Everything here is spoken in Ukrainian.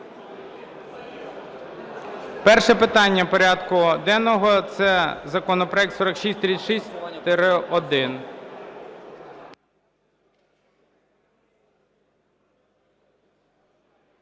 Перше питання порядку денного - це законопроект 4636-1.